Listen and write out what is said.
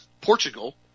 Portugal